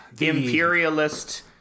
imperialist